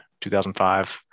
2005